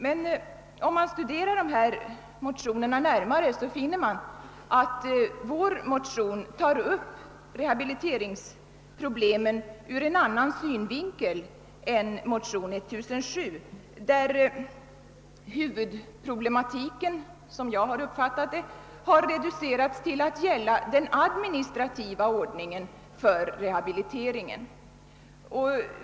Men om man studerar motionerna närmare så finner man att de båda första motionerna tar upp rehabiliteringsproblemen ur en annan synvinkel än motion nr 1007, där huvudproblemet reducerats till att gälla den administrativa ordningen för rehabiliteringen.